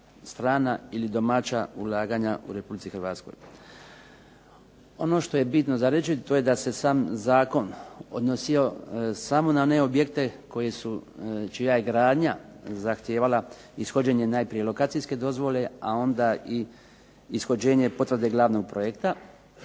strana ili domaća ulaganja u Republici Hrvatskoj. Ono što je bitno za reći to je da se sam zakon odnosio samo na one objekte koji su, čija je gradnja zahtijevala ishođenje najprije lokacijske dozvole, a onda i ishođenje potvrde glavnog projekta